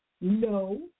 No